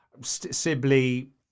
Sibley